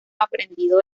aprendido